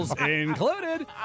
included